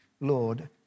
Lord